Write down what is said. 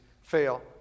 fail